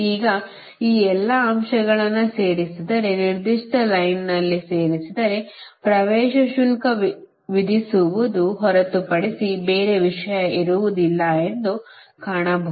ಈಗ ಈ ಎಲ್ಲಾ ಅಂಶಗಳನ್ನು ಸೇರಿಸಿದರೆ ನಿರ್ದಿಷ್ಟ ಲೈನ್ನಲ್ಲಿ ಸೇರಿಸಿದರೆ ಪ್ರವೇಶ ಶುಲ್ಕ ವಿಧಿಸುವುದನ್ನು ಹೊರತುಪಡಿಸಿ ಬೇರೆ ವಿಷಯ ಇರುವುದಿಲ್ಲ ಎಂದು ಕಾಣಬಹುದು